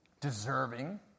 deserving